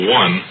one